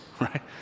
right